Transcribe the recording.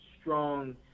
strong